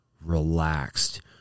relaxed